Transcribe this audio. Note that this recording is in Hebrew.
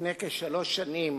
לפני כשלוש שנים